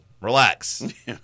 relax